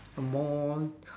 a more